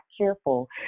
careful